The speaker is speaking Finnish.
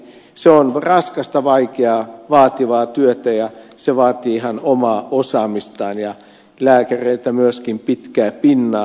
se on raskasta vaikeaa vaativaa työtä ja se vaatii ihan omaa osaamistaan ja lääkäreiltä myöskin pitkää pinnaa